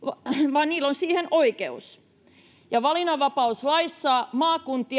vaan niillä on siihen oikeus ja valinnanvapauslaissa maakunnat